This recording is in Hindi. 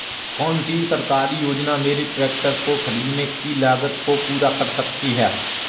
कौन सी सरकारी योजना मेरे ट्रैक्टर को ख़रीदने की लागत को पूरा कर सकती है?